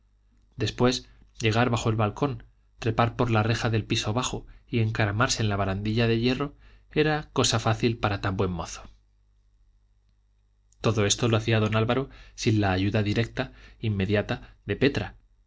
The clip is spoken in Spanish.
después llegar bajo el balcón trepar por la reja del piso bajo y encaramarse en la barandilla de hierro era cosa fácil para tan buen mozo todo esto lo hacía don álvaro sin la ayuda directa inmediata de petra